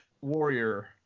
warrior